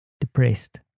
depressed